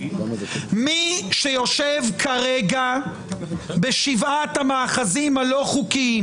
מי שיושב כרגע בשבעת המאחזים הלא-חוקיים